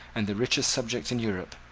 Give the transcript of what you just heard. and the richest subject in europe,